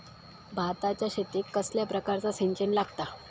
भाताच्या शेतीक कसल्या प्रकारचा सिंचन लागता?